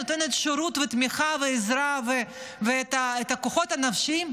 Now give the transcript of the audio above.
נותנת שירות ותמיכה ועזרה ואת הכוחות הנפשיים,